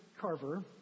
Carver